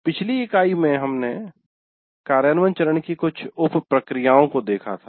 पिछली इकाई में हमने कार्यान्वयन चरण की कुछ उप प्रक्रियाओं को देखा था